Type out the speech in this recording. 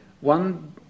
one